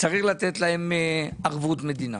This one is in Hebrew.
צריך לתת להן ערבות מדינה.